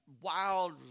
Wild